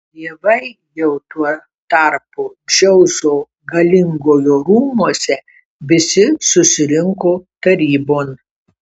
dievai jau tuo tarpu dzeuso galingojo rūmuose visi susirinko tarybon